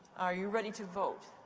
are you ready to vote?